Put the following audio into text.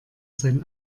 sein